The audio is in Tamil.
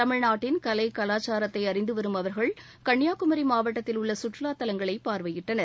தமிழ்நாட்டின் கலை கலாச்சாரத்தை அறிந்துவரும் அவர்கள் கன்னியாகுமரி மாவட்டத்தில் உள்ள சுற்றுலாத் தலங்களை பார்வையிட்டனர்